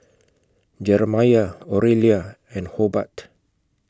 Jeremiah Orelia and Hobart